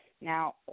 now